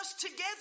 together